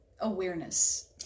awareness